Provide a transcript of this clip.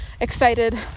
excited